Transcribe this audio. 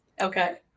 Okay